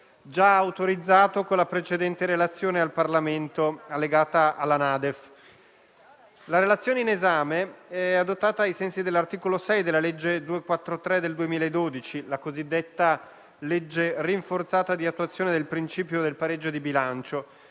già autorizzato con la precedente relazione al Parlamento allegata alla NADEF. La relazione in esame è adottata ai sensi dell'articolo 6 della legge n. 243 del 2012 (la cosiddetta legge rinforzata di attuazione del principio del pareggio di bilancio),